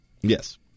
Yes